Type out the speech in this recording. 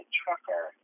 trucker